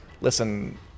listen